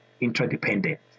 interdependent